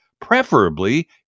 preferably